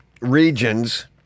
regions